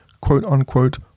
quote-unquote